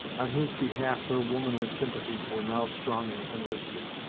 on whose behalf her womanly sympathies were now strongly enlisted.